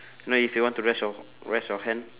know if you want to rest your rest your hand